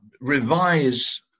revise